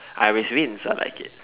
I always win so I like it